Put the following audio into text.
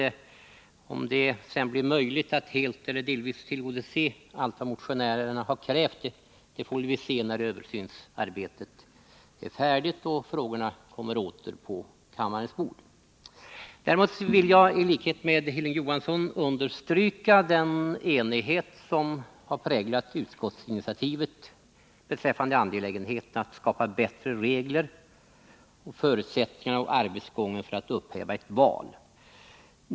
Om det sedan är möjligt att helt eller delvis tillgodose motionärerna får vi se när översynsarbetet är färdigt och frågorna kommer åter på kammarens bord. Däremot vill jag i likhet med Hilding Johansson understryka den enighet som präglat utskottsinitiativet beträffande angelägenheten av att skapa bättre regler när det gäller förutsättningarna och arbetsgången för att upphäva ett val.